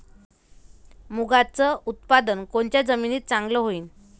मुंगाचं उत्पादन कोनच्या जमीनीत चांगलं होईन?